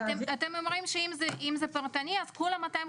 כן.